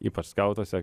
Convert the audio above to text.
ypač skautuose